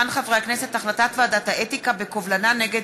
החלטת ועדת האתיקה בקובלנה נגד